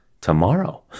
tomorrow